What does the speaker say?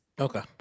okay